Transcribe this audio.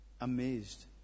amazed